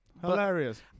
Hilarious